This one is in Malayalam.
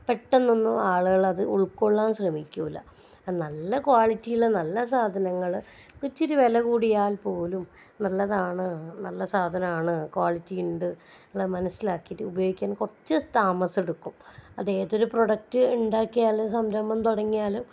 പെട്ടെന്നൊന്നും ആളുകൾ അത് ഉൾക്കൊള്ളാൻ ശ്രമിക്കില്ല നല്ല ക്വാളിറ്റിയുള്ള നല്ല സാധനങ്ങൾ ഇത്തിരി വില കൂടിയാൽ പോലും നല്ലതാണ് നല്ല സാധനമാണ് കോളിറ്റി ഉണ്ട് എല്ലാം മനസ്സിലാക്കിയിട്ട് ഉപയോഗിക്കാൻ കുറച്ച് താമസമെടുക്കും അത് ഏതൊരു പ്രോഡക്റ്റ് ഉണ്ടാക്കിയാലും സംരംഭം തുടങ്ങിയാലും